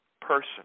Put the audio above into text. person